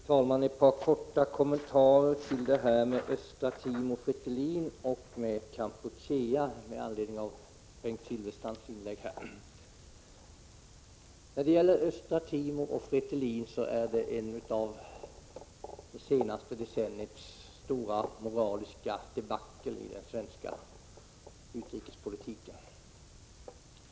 Fru talman! Ett par korta kommentarer om Östra Timor och Fretilin och om Kampuchea med anledning av Bengt Silfverstrands inlägg. Östra Timor och Fretilin är en av de senaste decenniets största moraliska debacle i den svenska utrikespolitiken.